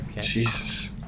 Jesus